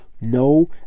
No